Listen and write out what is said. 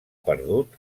perdut